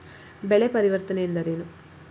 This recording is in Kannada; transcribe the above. ಬೆಳೆ ಪರಿವರ್ತನೆ ಎಂದರೇನು?